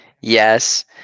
Yes